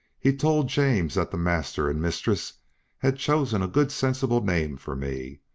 he told james that the master and mistress had chosen a good sensible name for me,